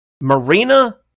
Marina